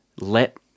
let